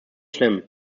schlimm